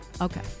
Okay